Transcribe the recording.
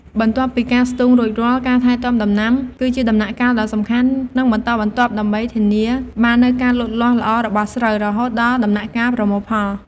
បន្ទាប់ពីការស្ទូងរួចរាល់ ការថែទាំដំណាំ គឺជាដំណាក់កាលដ៏សំខាន់ និងបន្តបន្ទាប់ដើម្បីធានាបាននូវការលូតលាស់ល្អរបស់ស្រូវ រហូតដល់ដំណាក់កាលប្រមូលផល។